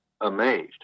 amazed